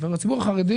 לציבור החרדי